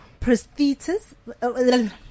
prosthesis